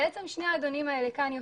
בעצם שני האדונים האלה כאן יושבים,